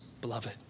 beloved